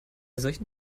solchen